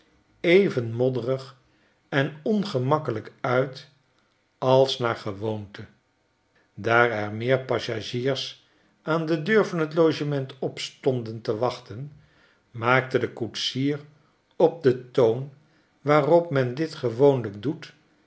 gemoet gereden en zag er even modderigenongemakkelijkuitalsnaargewoonte daar er meer passagiers aan de deur van t logement op stonden te wachten maakten de koetsier op den toon waarop men ditgewoonlijk doet